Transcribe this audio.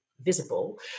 visible